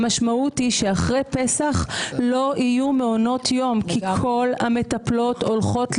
המשמעות היא שאחרי פסח לא יהיו מעונות יום כי כל המטפלות הולכות לנטוש.